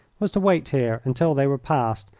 was to wait here until they were past,